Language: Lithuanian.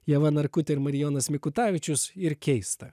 ieva narkutė ir marijonas mikutavičius ir keista